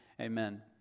amen